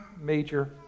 major